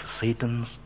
Satan's